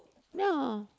ya